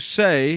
say